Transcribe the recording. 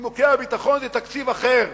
נימוקי הביטחון זה תקציב אחר,